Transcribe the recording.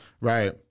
Right